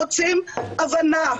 כמו שגברת עיני אמרה,